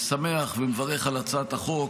שמח ומברך על הצעת החוק.